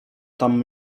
tam